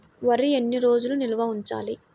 వరి ఎన్ని రోజులు నిల్వ ఉంచాలి?